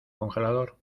congelador